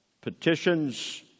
petitions